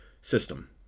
system